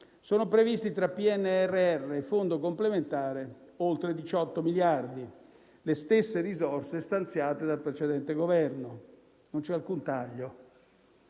sono previsti, tra PNRR e Fondo complementare, oltre 18 miliardi, le stesse risorse stanziate dal precedente Governo. Non c'è alcun taglio.